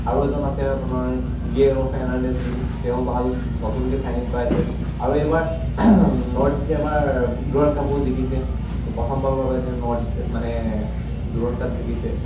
আৰু এজন আছে আপোনাৰ গিয়েৰ অ' ফেৰ্নাণ্ডেষ্ট বুলি তেওঁ ভাল নতুনকৈ চাইনিং কৰাইছে আৰু এবাৰ নৰ্থ ইষ্টে এবাৰ দূৰাণ কাপো জিকিছে চ' প্ৰথমবাৰৰ বাবে তেওঁ নৰ্থ ইষ্টে মানে দূৰাণ কাপ জিকিছে